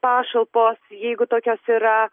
pašalpos jeigu tokios yra